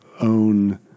own